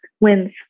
wins